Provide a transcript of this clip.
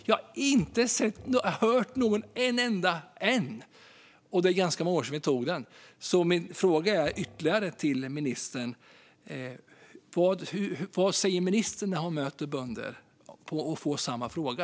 Jag har inte hört en enda säga det. Och det är ganska många år sedan vi antog strategin. Min fråga till ministern är: Vad säger ministern när hon möter bönder och får samma fråga?